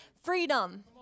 freedom